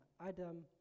Adam